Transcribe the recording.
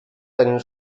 deinen